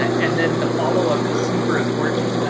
and then the follow up is super important.